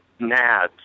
nads